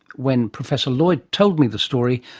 when professor lloyd told me the story,